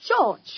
George